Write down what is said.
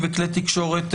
הקצוות.